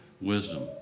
wisdom